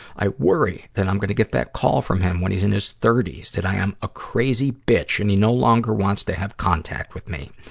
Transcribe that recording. i worry that i'm gonna get that call from him when he's in his thirty s that i am a crazy bitch and he no longer wants to have contact with me.